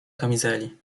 kamizeli